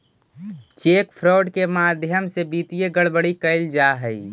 cheque fraud के माध्यम से वित्तीय गड़बड़ी कैल जा हइ